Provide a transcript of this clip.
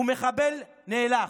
הוא מחבל נאלח.